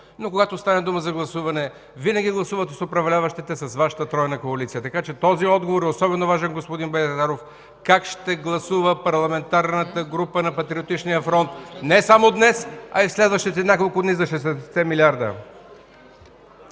но когато стане дума за гласуване, винаги гласувате с управляващите, с Вашата тройна коалиция, така че този отговор е особено важен, господин Байрактаров: как ще гласува Парламентарната група на Патриотичния фронт не само днес, а и в следващите няколко дни за 16-те милиарда?